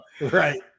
right